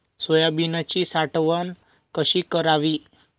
सोयाबीनची साठवण कशी करावी?